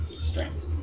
Strength